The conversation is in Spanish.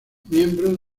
miembro